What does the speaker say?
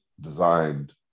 designed